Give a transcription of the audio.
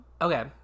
Okay